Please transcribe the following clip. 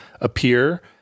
appear